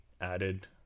added